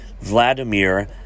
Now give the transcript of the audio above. Vladimir